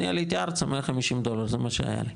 אני עליתי ארצה עם 150 דולר, זה מה שהיה לי.